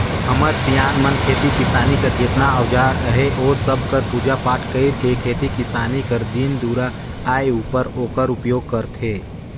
हमर सियान मन खेती किसानी कर जेतना अउजार अहे ओ सब कर पूजा पाठ कइर के खेती किसानी कर दिन दुरा आए उपर ओकर उपियोग करथे